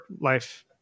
life